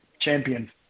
champion